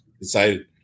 decided